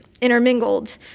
intermingled